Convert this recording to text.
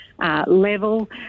Level